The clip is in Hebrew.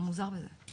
מה מוזר בזה?